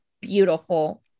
beautiful